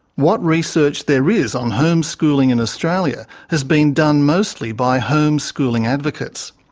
what research there is on homeschooling in australia has been done mostly by homeschooling advocates.